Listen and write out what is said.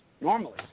normally